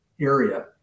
area